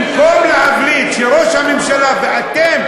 במקום להבליט שראש הממשלה ואתם,